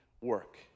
work